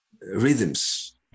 rhythms